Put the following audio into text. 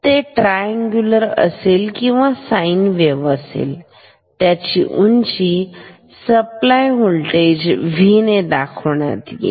ते ट्राईनगुलर असेल किंवा साईन वेब असेल त्याची उंची सप्लाय होल्टेज V दाखवते